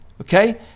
okay